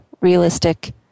realistic